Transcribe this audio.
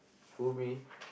who me